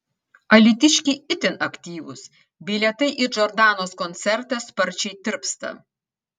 alytiškiai itin aktyvūs bilietai į džordanos koncertą sparčiai tirpsta